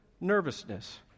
nervousness